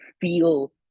feel